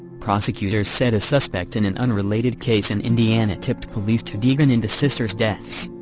prosecutors said a suspect in an unrelated case in indiana tipped police to degan in the sisters' deaths.